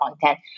content